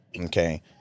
Okay